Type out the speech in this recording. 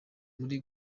muri